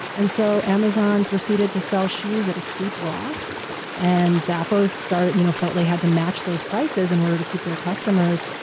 and so amazon proceeded to sell shoes at a steep loss and zappos started. you know felt they had to match those prices in order to keep their customers.